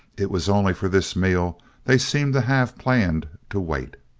it was only for this meal they seemed to have planned to wait.